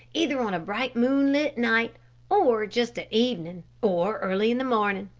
either on a bright moonlight night or just at evening, or early in the morning.